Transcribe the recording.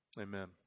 Amen